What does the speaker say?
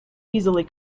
easily